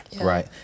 Right